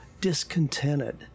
discontented